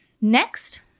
next